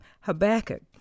Habakkuk